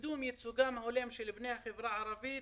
לקידום ייצוגם ההולם של בני החברה הערבית